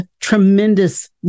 tremendous